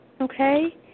okay